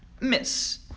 Miss